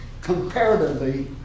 comparatively